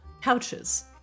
couches